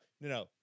no